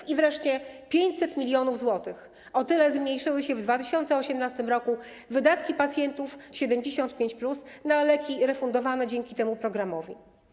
I wreszcie 500 mln zł - o tyle zmniejszyły się w 2018 r. wydatki pacjentów 75+ na leki refundowane dzięki temu programowi.